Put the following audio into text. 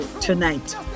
tonight